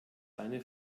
eine